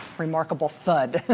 remarkable thud.